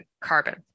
carbon